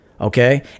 Okay